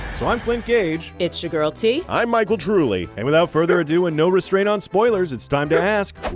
so i'm clint cage. it's your girl t. i'm michael druly. and without further ado and no restraint on spoilers it's time to ask,